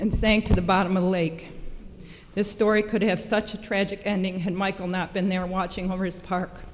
saying to the bottom of the lake this story could have such a tragic ending had michael not been there watching over his park